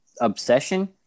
obsession